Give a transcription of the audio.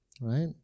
right